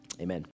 amen